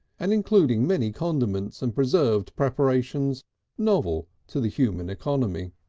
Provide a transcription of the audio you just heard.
and including many condiments and preserved preparations novel to the human economy.